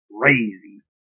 crazy